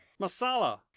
masala